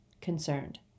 concerned